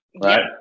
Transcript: right